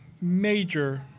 major